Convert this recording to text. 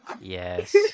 Yes